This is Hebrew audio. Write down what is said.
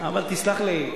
אבל תסלח לי,